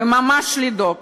וממש לדאוג,